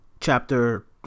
Chapter